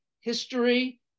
history